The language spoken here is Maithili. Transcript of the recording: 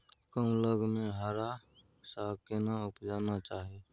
कम लग में हरा साग केना उपजाना चाही?